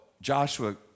Joshua